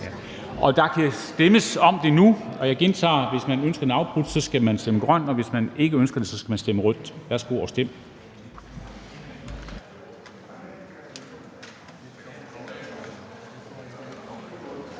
Der kan stemmes om det nu. Og jeg gentager: Hvis man ønsker behandlingen afbrudt, skal man stemme grønt, og hvis man ikke ønsker den afbrudt, skal man stemme rødt. Værsgo og stem.